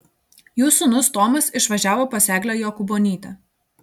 jų sūnus tomas išvažiavo pas eglę jokūbonytę